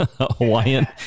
Hawaiian